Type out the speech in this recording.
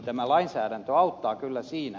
tämä lainsäädäntö auttaa kyllä siinä